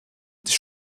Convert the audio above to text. die